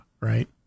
right